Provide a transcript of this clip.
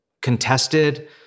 contested